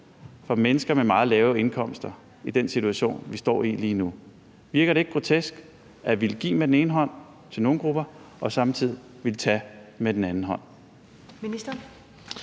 fra mennesker med meget lave indkomster i den situation, vi står i lige nu. Virker det ikke grotesk at ville give med den ene hånd til nogle grupper og samtidig ville tage med den anden hånd?